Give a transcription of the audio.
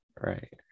Right